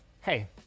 Hey